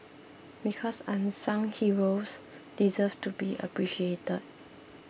because unsung heroes deserve to be appreciated